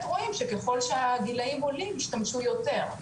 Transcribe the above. רואים שככול שהגילאים עולים השתמשו יותר,